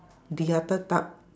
the other type